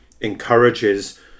encourages